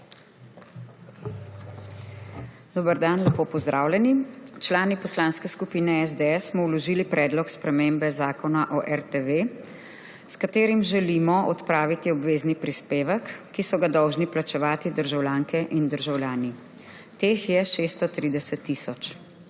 Dober dan, lepo pozdravljeni! Člani poslanske skupine SDS smo vložili Predlog spremembe Zakona o Radioteleviziji Slovenija, s katerim želimo odpraviti obvezni prispevek, ki so ga dolžni plačevati državljanke in državljani. Teh je 630 tisoč.